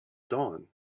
dawn